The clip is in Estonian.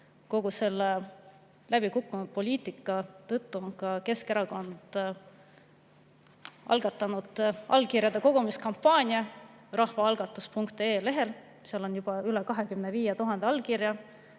kogu selle läbikukkunud poliitika tõttu on Keskerakond algatanud allkirjade kogumise kampaania rahvaalgatus.ee lehel. Seal on juba üle 25 000 allkirja.